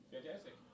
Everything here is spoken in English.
Fantastic